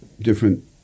different